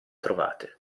trovate